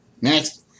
Next